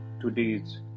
today's